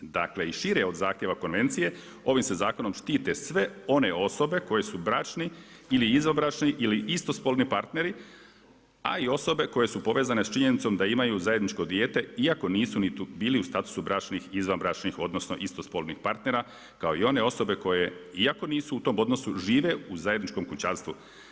Dakle i šire od zahtjeva konvencije, ovim se zakonom štite sve one osobe koji su bračni ili izvanbračni ili istospolni partneri a i osobe koje su povezani s činjenicom da imaju zajedničko dijete iako nisu bili u status bračnih, izvanbračnih odnosno istospolnih partnera kao i one osobe koje iako nisu u tom odnosu žive u zajedničkom kućanstvu.